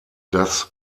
das